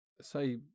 say